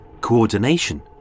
coordination